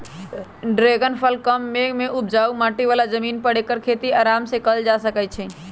dragon फल कम मेघ कम उपजाऊ माटी बला जमीन पर ऐकर खेती अराम सेकएल जा सकै छइ